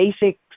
basic